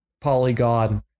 polygon